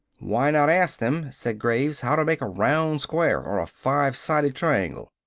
why not ask them, said graves, how to make a round square or a five-sided triangle?